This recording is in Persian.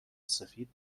سفید